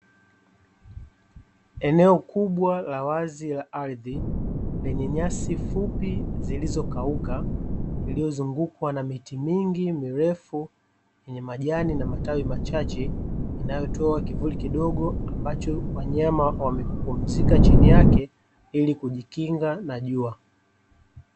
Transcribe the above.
Eneo kubwa la wazi la ardhi, lenye nyasi fupi zilizokauka , iliyozungukwa na miti mingi mirefu, yenye majani na matawi machache, yanayotoa kivuli kidogo , ambacho wanyama wamepumzika chini yake, ili kujikinga na jua.